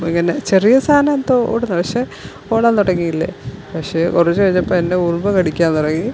ഇങ്ങനെ ചെറിയ സാധനം എന്തോ ഓടുന്ന് പക്ഷേ ഓടാൻ തുടങ്ങിയില്ലേ പക്ഷേ കുറച്ച് കഴിഞ്ഞപ്പോൾ എന്നെ ഉറുമ്പ് കടിക്കാൻ തുടങ്ങി